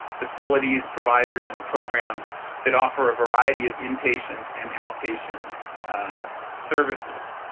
facilities, providers and programs that offer a variety of inpatient and outpatient services.